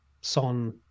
Son